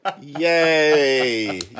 yay